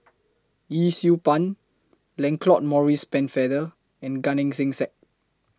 Yee Siew Pun Lancelot Maurice Pennefather and Gan Eng Seng